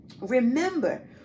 Remember